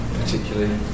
particularly